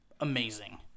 amazing